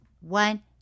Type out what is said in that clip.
One